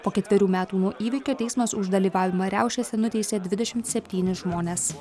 po ketverių metų nuo įvykio teismas už dalyvavimą riaušėse nuteisė dvidešimt septynis žmones